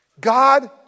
God